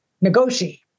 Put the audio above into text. negotiate